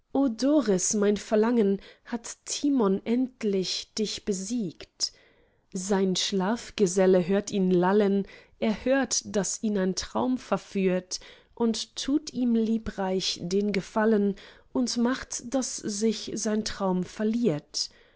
mein verlangen hat timon endlich dich besiegt sein schlafgeselle hört ihn lallen er hört daß ihn ein traum verführt und tut ihm liebreich den gefallen und macht daß sich sein traum verliert